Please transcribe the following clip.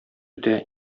үтә